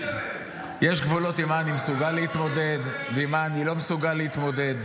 יש גבולות עם מה אני מסוגל להתמודד ועם מה אני לא מסוגל להתמודד.